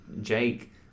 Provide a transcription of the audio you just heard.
Jake